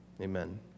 Amen